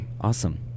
awesome